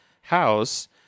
house